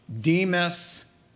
Demas